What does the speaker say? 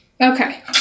Okay